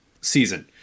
season